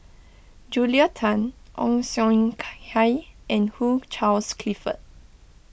Julia Tan Ong Siong Kai and Hugh Charles Clifford